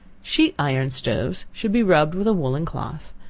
sheet iron stoves should be rubbed with a woollen cloth,